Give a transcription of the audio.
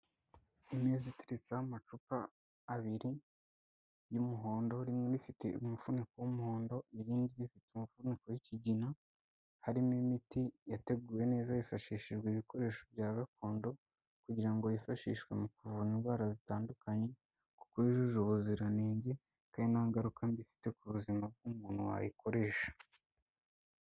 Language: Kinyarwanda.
Imeza iteretseho amacupa abiri y'umuhondo, rimwe rifite umufuniko w'umuhondo, irindi rifite umufuniko w'ikigina, harimo imiti yateguwe neza hifashishijwe ibikoresho bya gakondo kugira ngo yifashishwe mu kuvura indwara zitandukanye, kuko yujuje ubuziranenge kandi nta ngaruka mbi ifite ku buzima bw'umuntu wayikoresha.